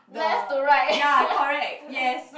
the ya correct yes